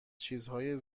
چیزهای